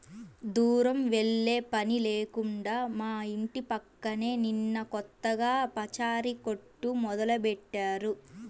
దూరం వెళ్ళే పని లేకుండా మా ఇంటి పక్కనే నిన్న కొత్తగా పచారీ కొట్టు మొదలుబెట్టారు